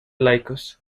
laicos